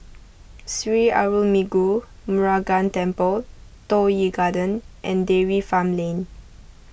Sri Arulmigu Murugan Temple Toh Yi Garden and Dairy Farm Lane